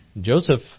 Joseph